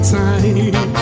time